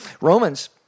Romans